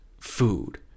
food